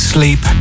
Sleep